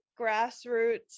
grassroots